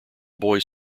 boys